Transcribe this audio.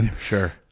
Sure